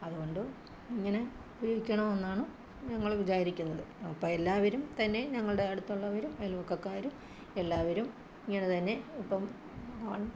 അതുകൊണ്ട് ഇങ്ങനെ ഉപയോഗിക്കണോ എന്നാണ് ഞങ്ങള് വിചാരിക്കുന്നത് അപ്പോള് എല്ലാവരും തന്നെ ഞങ്ങളുടെ അടുത്തുള്ളവരും അയൽവക്കക്കാരും എല്ലാവരും ഇങ്ങനെ തന്നെ ഇപ്പോള്